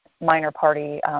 minor-party